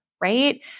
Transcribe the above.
right